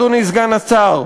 אדוני סגן השר,